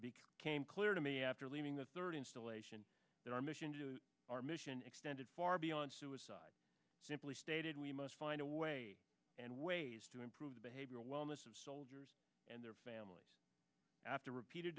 came clear to me after leaving the third installation that our mission our mission extended far beyond suicides simply stated we must find a way and ways to improve the behavior wellness of soldiers and their families after repeated